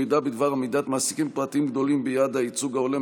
מידע בדבר עמידת מעסיקים פרטיים גדולים ביעד הייצוג ההולם),